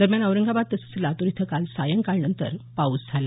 दरम्यान औरंगाबाद तसंच लातूर इथं काल सायंकाळनंतर पाऊस झाला